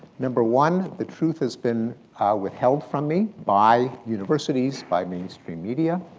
number one, the truth has been withheld from me by universities, by mainstream media,